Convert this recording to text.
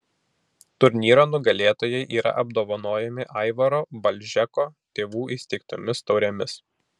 turnyro nugalėtojai yra apdovanojami aivaro balžeko tėvų įsteigtomis taurėmis